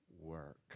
work